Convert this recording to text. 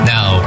Now